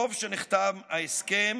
טוב שנחתם ההסכם,